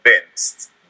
convinced